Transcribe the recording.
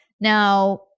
Now